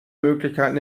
möglichkeiten